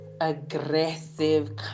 aggressive